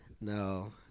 no